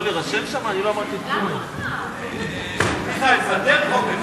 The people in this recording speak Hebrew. אם כן, רבותי,